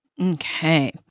Okay